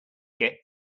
get